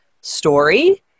story